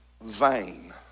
vain